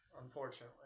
Unfortunately